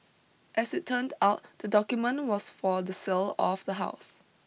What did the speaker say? as it turned out the document was for the sale of the house